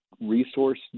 resource